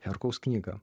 herkaus knygą